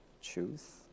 choose